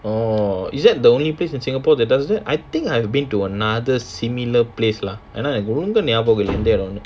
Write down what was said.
orh is that the only place in singapore that does that I think I have been to another similar place lah எனா ரொம்ப ஞாபகம் இல்ல இந்த இடம்:enaa romba nyabaham illa intha edam